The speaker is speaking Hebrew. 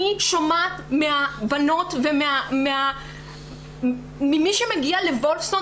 אני שומעת מהבנות וממי שמגיע לוולפסון